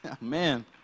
Man